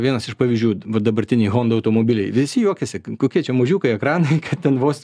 vienas iš pavyzdžių va dabartiniai honda automobiliai visi juokiasi kokie čia mažiukai ekranai kad ten vos